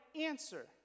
answer